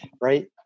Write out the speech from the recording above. right